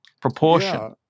proportion